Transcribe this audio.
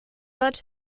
but